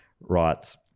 writes